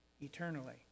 eternally